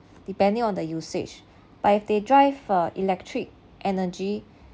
depending on the usage but if they drive uh electric energy